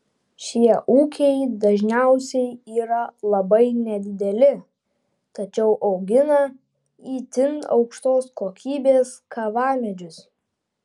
šie ūkiai dažniausiai yra labai nedideli tačiau augina itin aukštos kokybės kavamedžius